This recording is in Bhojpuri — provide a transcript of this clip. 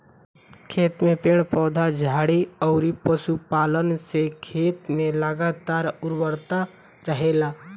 खेत में पेड़ पौधा, झाड़ी अउरी पशुपालन से खेत में लगातार उर्वरता रहेला